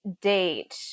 date